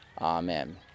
amen